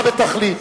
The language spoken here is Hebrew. בתכלית.